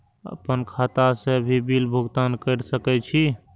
आपन खाता से भी बिल भुगतान कर सके छी?